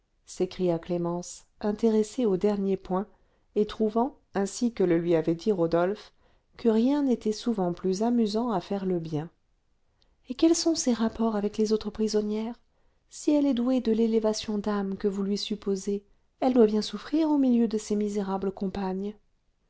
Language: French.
s'écria clémence intéressée au dernier point et trouvant ainsi que le lui avait dit rodolphe que rien n'était souvent plus amusant à faire que le bien et quels sont ses rapports avec les autres prisonnières si elle est douée de l'élévation d'âme que vous lui supposez elle doit bien souffrir au milieu de ses misérables compagnes